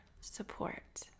support